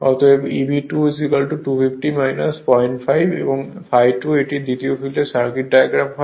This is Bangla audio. অতএব Eb2 250 05 ∅2 এটি দ্বিতীয় ফিল্ডের সার্কিট ডায়াগ্রাম হয়